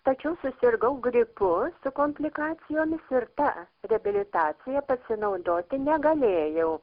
tačiau susirgau gripu su komplikacijomis ir ta reabilitacija pasinaudoti negalėjau